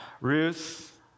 Ruth